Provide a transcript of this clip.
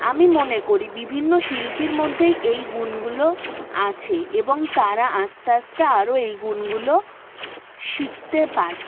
আমি মনে করি বিভিন্ন শিল্পীর মধ্যেই এই গুণগুলো আছে এবং তারা আস্তে আস্তে আরো এই গুণগুলো শিখতে পার